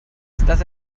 state